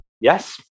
Yes